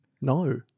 No